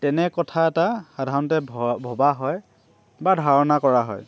তেনে কথা এটা সাধাৰণতে ভ ভবা হয় বা ধাৰণা কৰা হয়